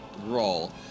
roll